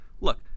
look